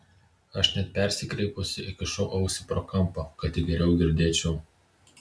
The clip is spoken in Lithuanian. aš net persikreipusi iškišau ausį pro kampą kad tik geriau girdėčiau